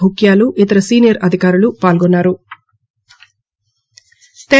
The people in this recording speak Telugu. భుక్యాలు ఇతర సీనియర్ అధికారులు పాల్గొన్నరు